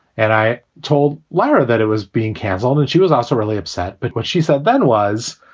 and i told larry that it was being canceled. and she was also really upset. but what she said then was,